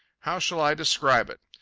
how shall i describe it?